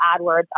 AdWords